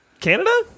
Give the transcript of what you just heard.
Canada